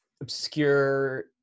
obscure